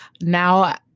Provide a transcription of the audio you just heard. now